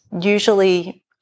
usually